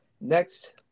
Next